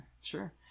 sure